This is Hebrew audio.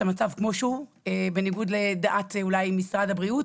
המצב כמו שהוא בניגוד לדעת אולי משרד הבריאות,